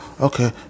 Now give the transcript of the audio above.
okay